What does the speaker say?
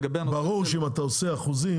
ברור שאם אתה קובע אחוזים,